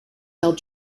held